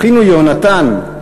אחינו יהונתן,